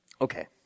Okay